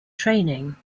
training